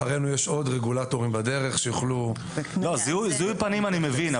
אחרינו יש עוד רגולטורים בדרך שיוכלו --- זיהוי פנים אני מבין.